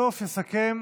בסוף יסכם